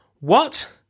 What